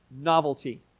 novelty